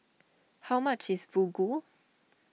how much is Fugu